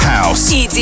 House